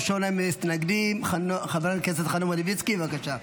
ראשון המתנגדים, חבר הכנסת חנוך מלביצקי, בבקשה.